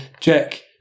Jack